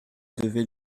devais